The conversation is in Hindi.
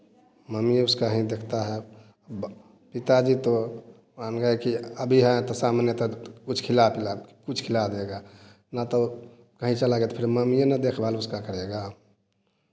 मम्मी उसका ही देखता है वह पिता जी तो मान गए कि अभी हैं तो सामने तो कुछ खिला पिला कर कुछ खिला देगा न तो कहीं चला गया तो फिर मम्मी ही न देख भाल उसका करेगा